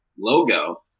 Logo